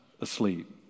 asleep